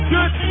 Good